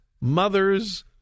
mother's